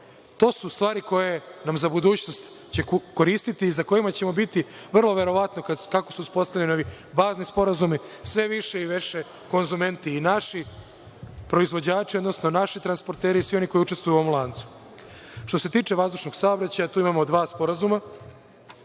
To su stvari koje će nam za budućnost koristiti i kojima ćemo biti vrlo verovatno, kako su uspostavljeni ovi bazni sporazumi, sve više i više konzumenti, i naši proizvođači, odnosno naši transporteri i svi oni koji učestvuju u ovom lancu. Što se tiče vazdušnog saobraćaja, tu imamo dva sporazuma.